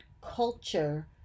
culture